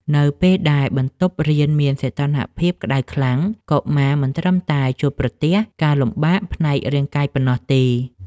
នៅពេលដែលបន្ទប់រៀនមានសីតុណ្ហភាពក្តៅខ្លាំង កុមារមិនត្រឹមតែជួបប្រទះការលំបាកផ្នែករាងកាយប៉ុណ្ណោះទេ។